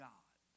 God